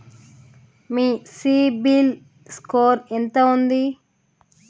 మీ CIBIL score ఎంత ఉంది?